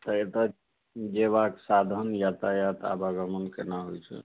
इधर जयबाक साधन यातायात आवागमन केना होइत छै